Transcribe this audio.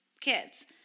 kids